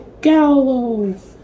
gallows